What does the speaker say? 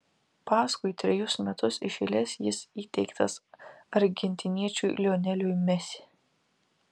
paskui trejus metus iš eilės jis įteiktas argentiniečiui lioneliui messi